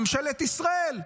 ממשלת ישראל,